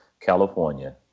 california